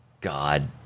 god